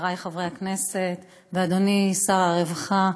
חברי חברי הכנסת ואדוני שר הרווחה,